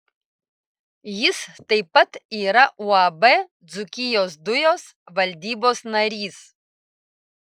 jis taip pat yra uab dzūkijos dujos valdybos narys